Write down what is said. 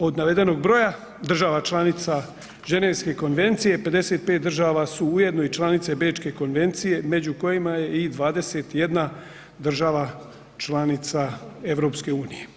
Od navedenog broja država članica Ženevske konvencije 55 država su ujedno i članice Bečke konvencije među kojima je i 21 država članica EU.